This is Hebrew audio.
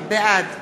בעד